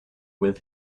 with